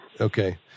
Okay